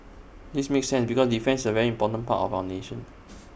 this makes sense because defence is very important part of our nation